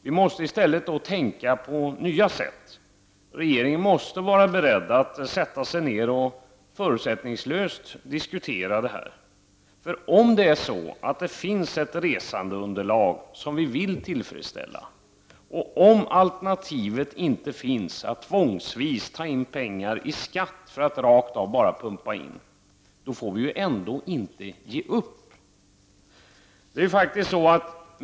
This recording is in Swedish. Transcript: Vi måste i stället tänka på ett nytt sätt. Regeringen måste vara beredd att sätta sig ner och förutsättningslöst diskutera detta. Finns det ett resandeunderlag som vi vill tillfredsställa, och om det inte finns alternativet att tvångsvis ta in pengar i skatt för att rakt av pumpa in i verksamheten, får vi ändå inte ge upp.